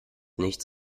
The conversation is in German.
nichts